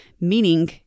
Meaning